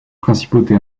principauté